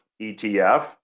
ETF